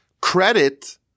credit